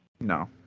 No